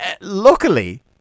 Luckily